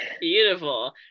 beautiful